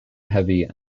heavy